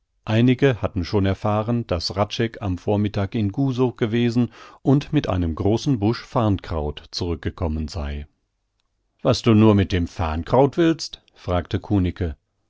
einige hatten schon erfahren daß hradscheck am vormittag in gusow gewesen und mit einem großen busch farrnkraut zurückgekommen sei was du nur mit dem farrnkraut willst fragte